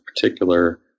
particular